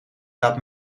laat